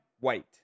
White